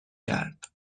کرد